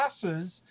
classes